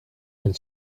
and